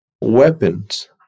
weapons